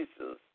Jesus